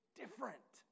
different